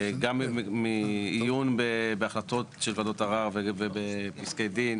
גם מעיון בהחלטות של וועדות ערר ובפסקי דין,